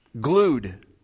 glued